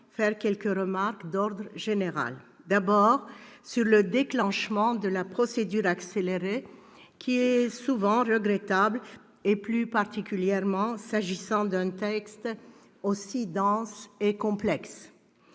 formuler quelques remarques d'ordre général. La première porte sur le déclenchement de la procédure accélérée, qui est souvent regrettable, plus particulièrement s'agissant d'un texte aussi dense et complexe.